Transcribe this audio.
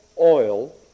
oil